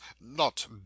Not